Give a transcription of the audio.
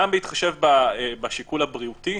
גם בהתחשב בשיקול הבריאותי,